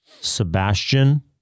Sebastian